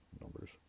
numbers